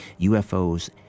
UFOs